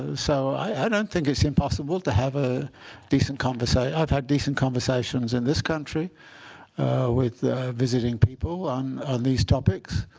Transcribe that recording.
so i don't think it's impossible to have a decent conversation. i've had decent conversations in this country with visiting people on these topics.